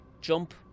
jump